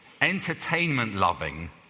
Entertainment-loving